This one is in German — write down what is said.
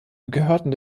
gehörten